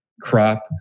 crop